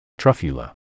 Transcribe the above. Truffula